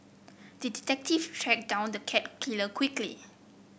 the detective tracked down the cat killer quickly